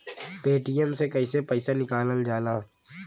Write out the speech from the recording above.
Paytm से कैसे पैसा निकलल जाला?